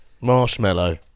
marshmallow